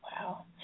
Wow